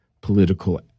political